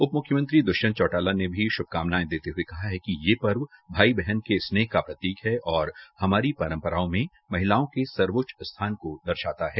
उप मुख्यमंत्री दुष्यंत चौटाला ने भी शुभकामनें देते हुये कहा कि ये पर्व भाई बहन के स्नेह का प्रतीक है और हमारी परंपराओं में महिलाओं के सर्वोच्च स्थान को दर्शाता है